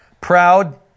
proud